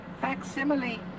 Facsimile